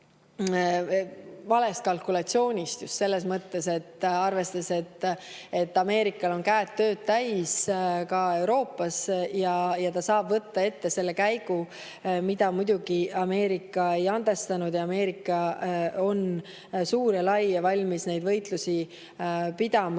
valest kalkulatsioonist, just selles mõttes, et arvestades, et Ameerikal on käed ka Euroopas tööd täis, saab ta võtta ette selle käigu. Seda muidugi Ameerika ei andestanud. Ameerika on suur ja lai ning valmis neid võitlusi pidama